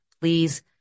Please